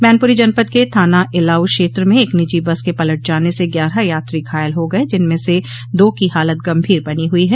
मैनपुरी जनपद के थाना एलाऊ क्षेत्र में एक निजी बस के पलट जाने से ग्यारह यात्री घायल हो गये जिनमें से दो की हालत गंभीर बनी हुई है